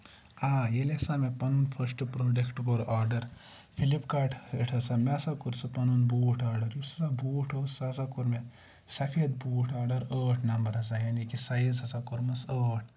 آ ییٚلہِ ہسا مےٚ پَنُن فٔسٹ پروڈَکٹ کوٚر آڈر فِلِپکاٹس پٮ۪ٹھ ہسا مےٚ سا کوٚر سُہ پَنُن بوٗٹھ آڈر یُس ہسا بوٗٹھ اوس سُہ ہسا کوٚر مےٚ سَفید بوٗٹھ آڈر ٲٹھ نَمبر یعنی کہِ سایِز ہسا کوٚرمَس ٲٹھ